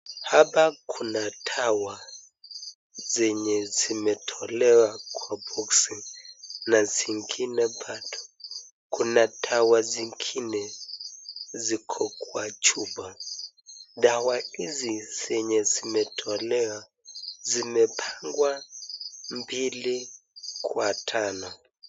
Hapa kuna dawa zenye zimetolewa kwa boksi na zingine bado. Kuna dawa zingine ziko kwa chumba. dawa hizi zenye zimetolewa zimepangwa mbili kwa tano.